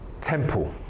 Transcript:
temple